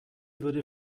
würde